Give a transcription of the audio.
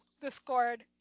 Discord